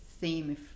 theme